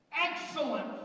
Excellent